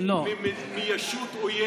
מישות עוינת,